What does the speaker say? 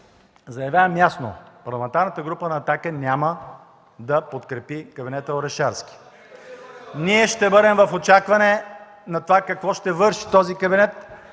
заявявам ясно: Парламентарната група на „Атака” няма да подкрепи кабинета Орешарски. Ние ще бъдем в очакване на това какво ще върши този кабинет.